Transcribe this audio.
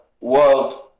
world